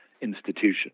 institution